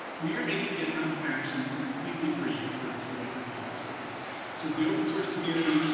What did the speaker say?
we are making github actions completely free for public repositories so the open-source community can